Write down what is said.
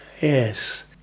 Yes